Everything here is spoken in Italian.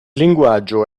linguaggio